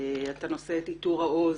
אתה נושא את עיטור העוז,